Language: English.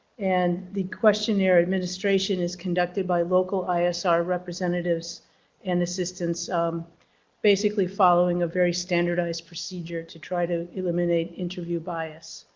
and the questionnaire administration is conducted by local is our representatives and assistants um basically following a very standardized procedure to try to eliminate interview bias.